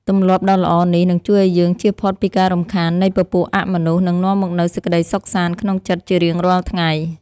ទម្លាប់ដ៏ល្អនេះនឹងជួយឱ្យយើងជៀសផុតពីការរំខាននៃពពួកអមនុស្ស និងនាំមកនូវសេចក្តីសុខសាន្តក្នុងចិត្តជារៀងរាល់ថ្ងៃ។